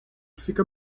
fica